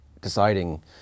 deciding